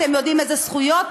אתם יודעים איזה זכויות?